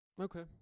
okay